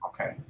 Okay